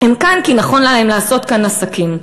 הם כאן כי נכון להם לעשות כאן עסקים.